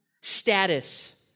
status